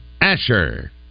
Asher